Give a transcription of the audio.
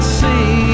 see